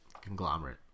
Conglomerate